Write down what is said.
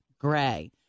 gray